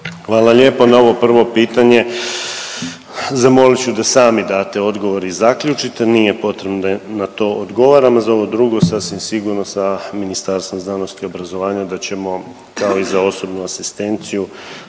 Hvala lijepo. Na ovo prvo pitanje zamolit ću da sami date odgovor i zaključite, nije potrebno da na to odgovaram, a za ovo drugo sasvim sigurno sa Ministarstvom znanosti i obrazovanja da ćemo kao i za osobnu asistenciju